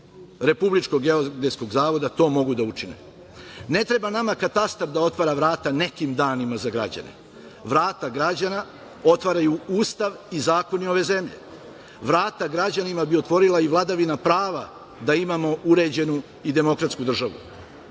Republičkog geodetskog zavoda to mogu da učine. Ne treba nama katastar da otvara vrata nekim danima za građane, vrata građana otvaraju Ustav i zakon ove zemlje, vrata građanima bi otvorio i vladavina prava da imamo uređenu i demokratsku državu,